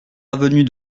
avenue